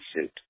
suit